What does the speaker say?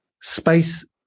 space